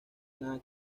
nada